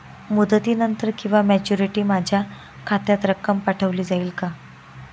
मुदतीनंतर किंवा मॅच्युरिटी माझ्या खात्यात रक्कम पाठवली जाईल का?